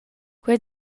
quei